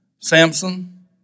Samson